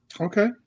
Okay